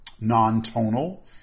non-tonal